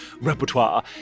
repertoire